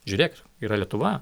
žiūrėk yra lietuva